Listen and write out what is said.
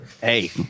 Hey